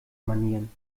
manieren